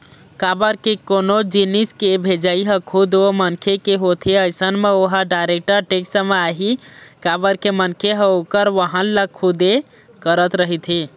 काबर के कोनो जिनिस के भेजई ह खुद ओ मनखे के होथे अइसन म ओहा डायरेक्ट टेक्स म आही काबर के मनखे ह ओखर वहन ल खुदे करत रहिथे